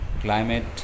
Climate